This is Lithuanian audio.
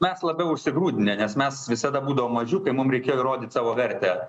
mes labiau užsigrūdinę nes mes visada būdavom mažiukai mum reikėjo įrodyt savo vertę